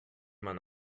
man